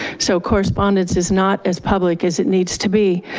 so correspondence is not as public as it needs to be.